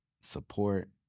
support